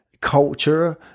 culture